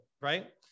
right